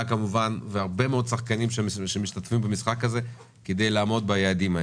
כמובן והרבה מאוד שחקנים שמשתתפים במשחק הזה כדי לעמוד ביעדים.